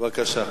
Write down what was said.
בבקשה.